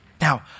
Now